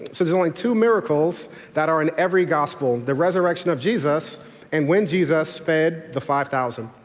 so there's only two miracles that are in every gospel, the resurrection of jesus and when jesus fed the five thousand.